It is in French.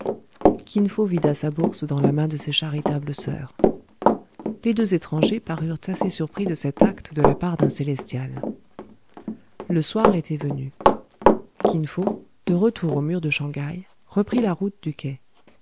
kin fo vida sa bourse dans la main de ces charitables soeurs les deux étrangers parurent assez surpris de cet acte de la part d'un célestial le soir était venu kin fo de retour aux murs de shang haï reprit la route du quai